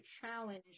challenge